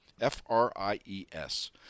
F-R-I-E-S